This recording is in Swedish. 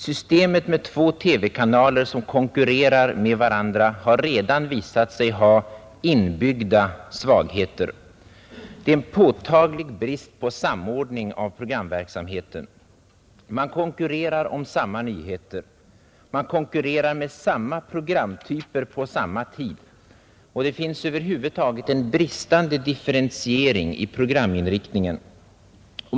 Systemet med två TV-kanaler som konkurrerar med varandra har redan visat sig ha inbyggda svagheter. Det råder en påtaglig brist på samordning av programverksamheten. Man konkurrerar med samma nyheter, man konkurrerar med samma programtyper på samma tider, och det finns över huvud taget en bristande differentiering i programinriktningen.